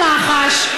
למה שר הביטחון,